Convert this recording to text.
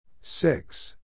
Six